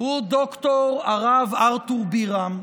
הוא ד"ר הרב ארתור בירם,